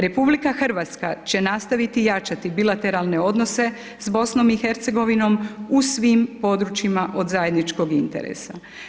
RH će nastaviti jačati bilateralne odnose sa BIH, u svim područjima od zajedničkog interesa.